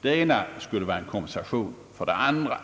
det ena skulle vara en kompensation för det andra.